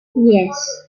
yes